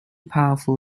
powerful